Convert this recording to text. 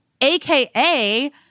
Aka